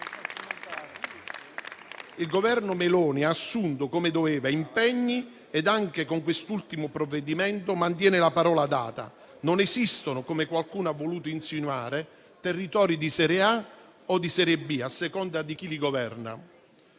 Il Governo Meloni ha assunto impegni, come doveva, e anche con quest'ultimo provvedimento mantiene la parola data. Non esistono, come qualcuno ha voluto insinuare, territori di serie A o di serie B, a seconda di chi li governa.